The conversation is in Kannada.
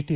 ಟಿ